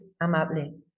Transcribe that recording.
amable